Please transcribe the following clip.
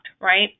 right